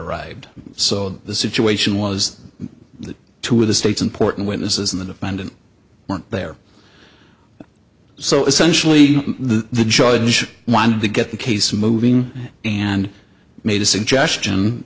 arrived so the situation was that two of the state's important witnesses in the defendant weren't there so essentially the judge wanted to get the case moving and made a suggestion